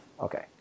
Okay